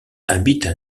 habitent